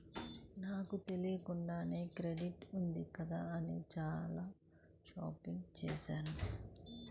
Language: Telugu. నాకు తెలియకుండానే క్రెడిట్ ఉంది కదా అని చానా షాపింగ్ చేశాను